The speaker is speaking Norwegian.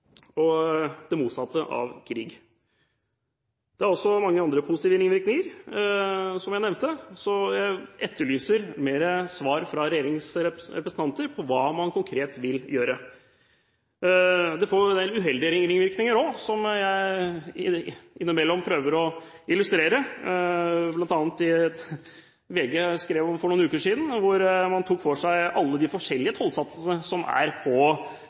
det motsatte av krig. Det er også mange andre positive ringvirkninger, som jeg nevnte, så jeg etterlyser mer svar fra regjeringens representanter på hva man konkret vil gjøre. Det får en del uheldige ringvirkninger også, som jeg innimellom prøver å illustrere, og som bl.a. VG for noen uker siden skrev om, der man tok for seg alle de forskjellige tollsatsene som er på